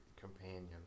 companion